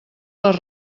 les